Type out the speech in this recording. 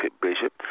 Bishop